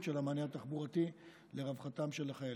של המענה התחבורתי לרווחתם של החיילים.